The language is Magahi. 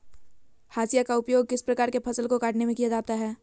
हाशिया का उपयोग किस प्रकार के फसल को कटने में किया जाता है?